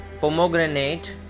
pomegranate